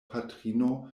patrino